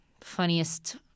funniest